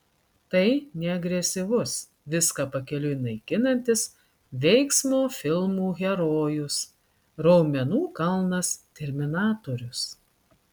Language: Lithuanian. tai ne agresyvus viską pakeliui naikinantis veiksmo filmų herojus raumenų kalnas terminatorius